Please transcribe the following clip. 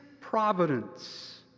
providence